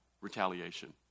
retaliation